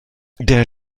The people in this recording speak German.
der